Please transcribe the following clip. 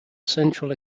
central